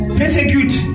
persecute